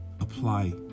apply